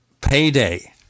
payday